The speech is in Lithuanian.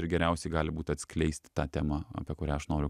ir geriausiai gali būt atskleisti tą temą apie kurią aš noriu